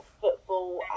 football